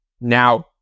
now